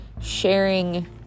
Sharing